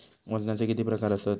वजनाचे किती प्रकार आसत?